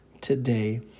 today